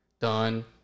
done